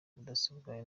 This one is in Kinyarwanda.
mudasobwa